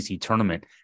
tournament